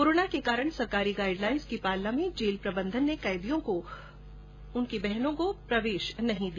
corona के कारण सरकारी गाइडलाइंस की पालना में जेल प्रबंधन ने कैदियों की बहनों को प्रवेश नहीं दिया